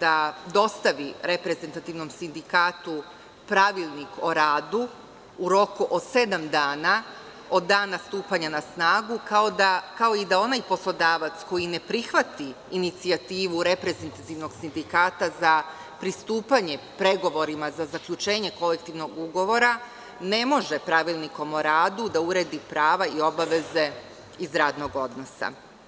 da dostavi reprezentativnom sindikatu pravilnik o radu u roku od sedam dana od dana stupanja na snagu kao i da onaj poslodavac koji ne prihvati inicijativu reprezentativnog sindikata za pristupanje pregovorima za zaključenje kolektivnog ugovora ne može pravilnikom o radu da uredi prava i obaveze iz radnog odnosa.